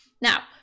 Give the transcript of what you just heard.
now